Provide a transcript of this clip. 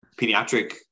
pediatric